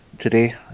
today